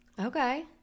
Okay